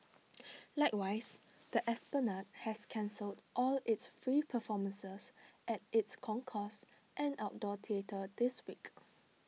likewise the esplanade has cancelled all its free performances at its concourse and outdoor theatre this week